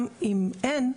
גם אם אין,